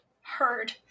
Heard